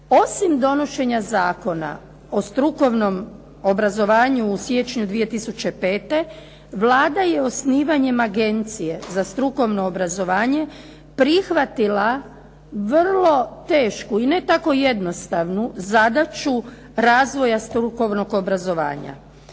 Osim donošenja Zakona o strukovnom obrazovanju u siječnju 2005. Vlada je osnivanjem Agencije za strukovno obrazovanje prihvatila vrlo tešku i ne tako jednostavnu zadaću razvoja strukovnog obrazovanja.